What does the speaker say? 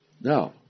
Now